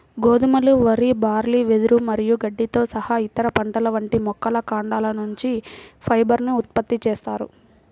గోధుమలు, వరి, బార్లీ, వెదురు మరియు గడ్డితో సహా ఇతర పంటల వంటి మొక్కల కాండాల నుంచి ఫైబర్ ను ఉత్పత్తి చేస్తారు